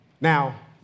Now